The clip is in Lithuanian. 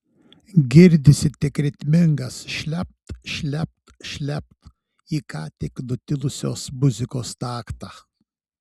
girdisi tik ritmingas šlept šlept šlept į ką tik nutilusios muzikos taktą